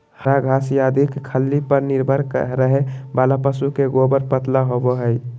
हरा घास या अधिक खल्ली पर निर्भर रहे वाला पशु के गोबर पतला होवो हइ